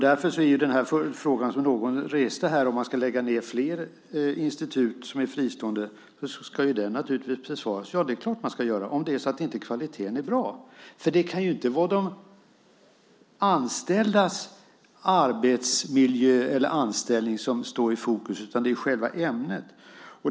Därför ska frågan, som någon reste, om man ska lägga ned flera institut som är fristående naturligtvis besvaras: Det är klart att man ska göra, om inte kvaliteten är bra. För det kan ju inte vara de anställdas anställning som står i fokus, utan det är själva ämnet.